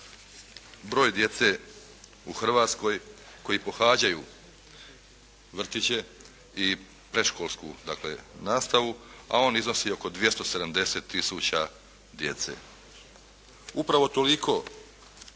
broj djece u Hrvatskoj koji pohađaju vrtiće i predškolsku, dakle nastavu, a on iznosi oko 270 tisuća djece. Upravo toliko